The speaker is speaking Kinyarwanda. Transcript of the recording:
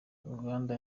uganda